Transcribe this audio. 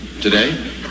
Today